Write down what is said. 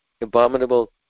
abominable